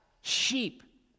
sheep